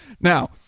Now